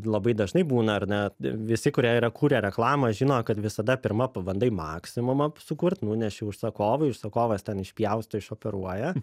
labai dažnai būna ar ne visi kurie yra kuria reklamą žino kad visada pirma pabandai maksimumą sukurt nuneši užsakovui užsakovas ten išpjausto išoperuoja